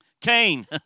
Cain